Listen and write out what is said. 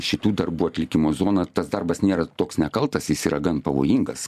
šitų darbų atlikimo zona tas darbas nėra toks nekaltas jis yra gan pavojingas